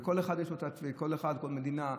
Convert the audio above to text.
כל אחד יש לו, כל מדינה משנה,